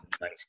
nice